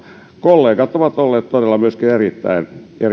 kollegat ovat olleet todella erittäin